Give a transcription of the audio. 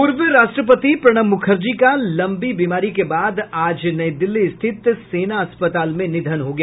पूर्व राष्ट्रपति प्रणब मुखर्जी का लंबी बीमारी के बाद आज नई दिल्ली स्थित सेना अस्पताल में निधन हो गया